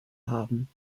haben